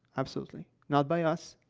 absolutely not by us,